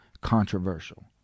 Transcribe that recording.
controversial